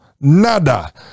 Nada